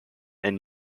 and